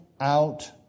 out